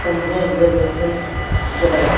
पंज इंटरनेशनल शहर